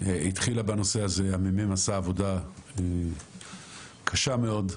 התחילה בנושא הזה, וה-ממ"מ עשה עבודה קשה מאוד.